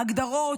הגדרות,